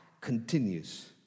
continues